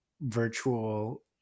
virtual